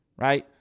right